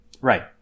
Right